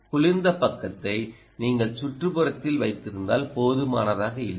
குளிர்ந்த பக்கத்தை நீங்கள் சுற்றுப்புறத்தில் வைத்திருந்தால் போதுமானதாக இல்லை